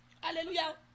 hallelujah